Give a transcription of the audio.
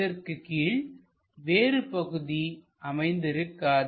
இதற்கு கீழ் வேறு பகுதி அமைந்திருக்காது